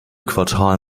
quartal